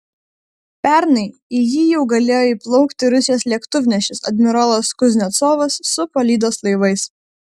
pernai į jį jau galėjo įplaukti rusijos lėktuvnešis admirolas kuznecovas su palydos laivais